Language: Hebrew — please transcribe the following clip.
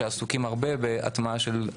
שעסוקים הרבה בהטמעה של טרנספורמציה דיגיטלית.